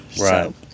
Right